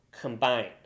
combined